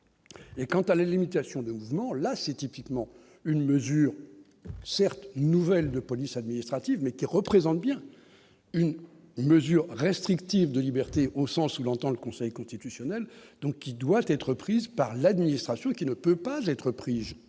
Et quant à la limitation du mouvement là c'est typiquement une mesure certes nouvelle de police administrative mais qui représente bien une mesure restrictive de liberté au sens où l'entend le Conseil constitutionnel, donc il doivent être prises par l'administration qui ne peut pas être prise